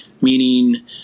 meaning